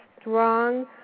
strong